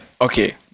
okay